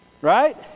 Right